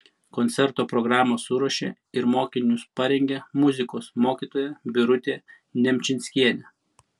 koncerto programą suruošė ir mokinius parengė muzikos mokytoja birutė nemčinskienė